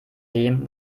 dem